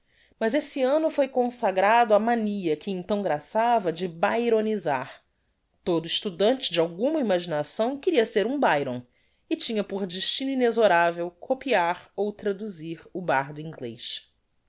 mas esse anno foi consagrado á mania que então grassava de baironisar todo estudante de alguma imaginação queria ser um byron e tinha por destino inexoravel copiar ou traduzir o bardo inglez